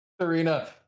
Serena